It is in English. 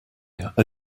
really